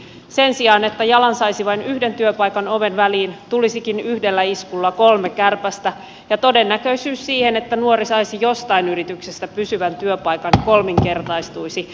sen sijaan että jalan saisi vain yhden työpaikan oven väliin tulisikin yhdellä iskulla kolme kärpästä ja todennäköisyys siihen että nuori saisi jostain yrityksestä pysyvän työpaikan kolminkertaistuisi